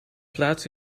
plaats